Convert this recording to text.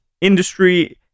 industry